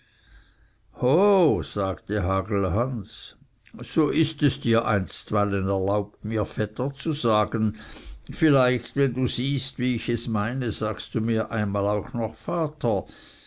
ho sagte hagelhans so ist es dir einstweilen erlaubt mir vetter zu sagen vielleicht wenn du siehst wie ich es meine sagst du mir einmal auch noch vater